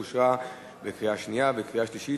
אושרה בקריאה שנייה ובקריאה שלישית